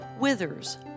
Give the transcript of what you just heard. Withers